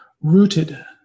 Rooted